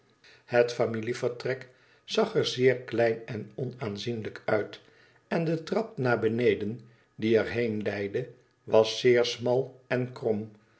het familie vertrek zag er zeer klein en onaanzienlijk uit en de trap naar beneden die er heen leidde was zeer smal en krom